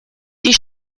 die